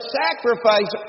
sacrifice